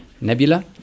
Nebula